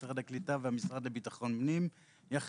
משרד הקליטה והמשרד לביטחון פנים יחד